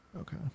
Okay